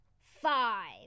five